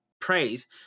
praise